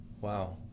Wow